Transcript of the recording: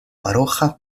paroĥa